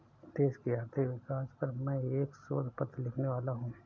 देश की आर्थिक विकास पर मैं एक शोध पत्र लिखने वाला हूँ